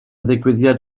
ddigwyddiad